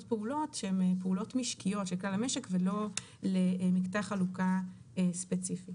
פעולות שהן פעולות משקיות של כלל המשק ולא למקטע חלוקה ספציפי.